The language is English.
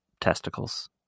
testicles